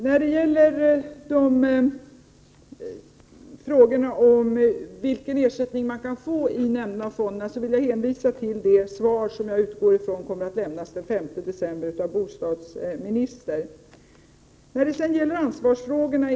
När det gäller frågan om vilken ersättning man skall få av fonden och nämnden vill jag hänvisa till det svar som jag utgår från kommer att lämnas den 5 december av bostadsministern.